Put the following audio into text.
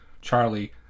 Charlie